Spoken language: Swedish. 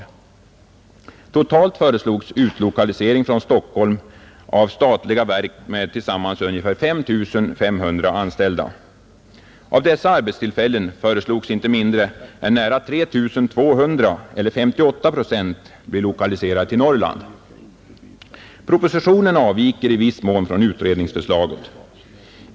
Totalt föreslogs utlokalisering från Stockholm av statliga verk med tillsammans ungefär 5 500 anställda, Av dessa arbetstillfällen föreslogs inte mindre än nära 3 200 eller 58 procent bli lokaliserade till Norrland. Propositionen avviker i viss mån från utredningsförslaget.